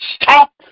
stop